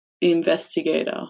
investigator